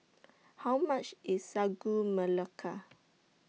How much IS Sagu Melaka